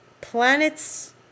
planets